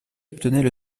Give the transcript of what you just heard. obtenaient